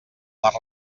les